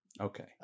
Okay